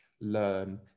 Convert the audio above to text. learn